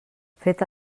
feta